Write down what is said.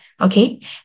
Okay